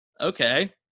okay